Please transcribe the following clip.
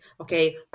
okay